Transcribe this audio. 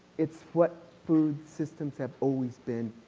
it is what food systems have always been,